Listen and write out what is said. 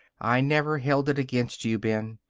i never held it against you, ben.